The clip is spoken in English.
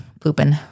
pooping